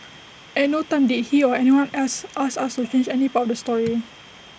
at no time did he or anyone else ask us to change any part of the story